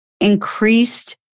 increased